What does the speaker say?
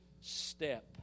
step